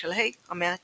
בשלהי המאה ה-19.